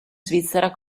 svizzera